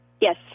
Yes